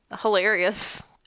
hilarious